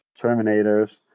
terminators